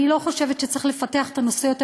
אני לא חושבת שצריך לפתח את הנושא יותר